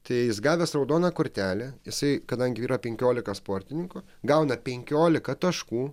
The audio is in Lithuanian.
tai jis gavęs raudoną kortelę jisai kadangi yra penkiolika sportininkų gauna penkiolika taškų